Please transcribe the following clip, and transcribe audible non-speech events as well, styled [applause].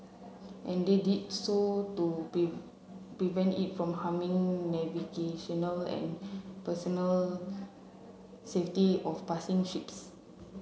and they did so to [unintelligible] prevent it from harming navigational and personnel safety of passing ships